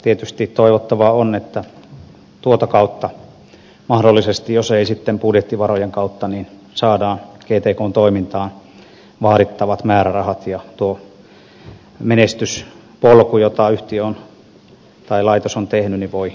tietysti toivottavaa on että mahdollisesti tuota kautta jos ei sitten budjettivarojen kautta saadaan gtkn toimintaan vaadittavat määrärahat ja tuo menestyspolku jota laitos on tehnyt voi jatkua